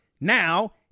now